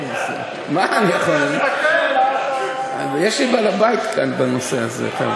מה אני, יש לי בעל-בית כאן, בנושא הזה.